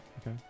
Okay